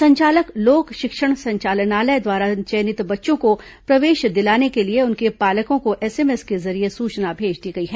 संचालक लोक शिक्षण संचालनालय द्वारा चयनित बच्चों को प्रवेश दिलाने के लिए उनके पालकों को एसएमएस के जरिए सूचना भेज दी गई है